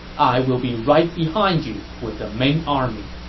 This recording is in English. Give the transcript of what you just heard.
i will be right behind you with the main army.